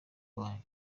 wanyu